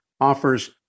offers